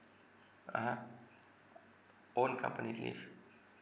(uh huh) own company's leave